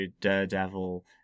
Daredevil